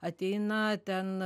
ateina ten